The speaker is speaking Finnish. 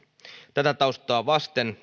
tätä taustaa vasten